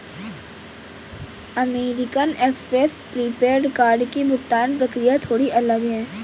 American express prepaid card की भुगतान प्रक्रिया थोड़ी अलग है